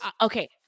Okay